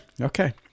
okay